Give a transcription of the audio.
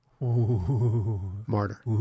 Martyr